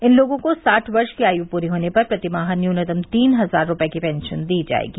इन लोगों को साठ वर्ष की आय ्होने पर प्रतिमाह न्यूनतम तीन हजार रुपये की पेंशन दी जाएगी